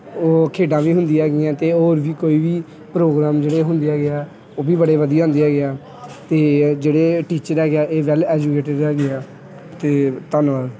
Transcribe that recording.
ਉਹ ਖੇਡਾਂ ਵੀ ਹੁੰਦੀ ਹੈਗੀਆਂ ਅਤੇ ਹੋਰ ਵੀ ਕੋਈ ਵੀ ਪ੍ਰੋਗਰਾਮ ਜਿਹੜੇ ਹੁੰਦੇ ਹੈਗੇ ਆ ਉਹ ਵੀ ਬੜੇ ਵਧੀਆ ਹੁੰਦੇ ਹੈਗੇ ਆ ਅਤੇ ਜਿਹੜੇ ਟੀਚਰ ਹੈਗੇ ਆ ਇਹ ਵੈੱਲ ਐਜੂਕੇਟਿਡ ਹੈਗੇ ਆ ਅਤੇ ਧੰਨਵਾਦ